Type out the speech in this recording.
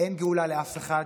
אין גאולה לאף אחד.